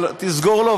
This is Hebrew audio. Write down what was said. תסגור לו,